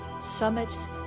summits